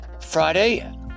Friday